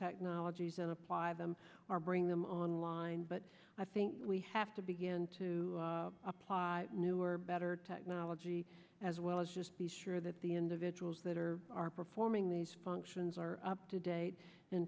technologies and apply them are bring them online but i think we have to begin to apply newer better technology as well as just be sure that the individuals that are are performing these functions are up to date in